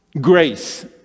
Grace